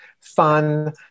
fun